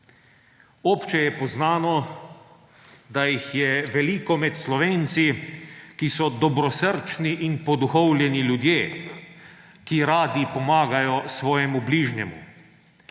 Obče je poznano, da jih je veliko med Slovenci, ki so dobrosrčni in poduhovljeni ljudje, ki radi pomagajo svojemu bližnjemu.